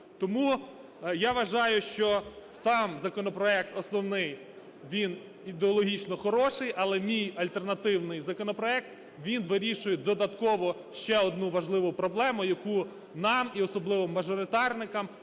Тому я вважаю, що сам законопроект, основний, він ідеологічно хороший, але мій альтернативний законопроект, він вирішує додатково ще одну важливу проблему, яку нам, і особливо мажоритарникам,